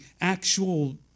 actual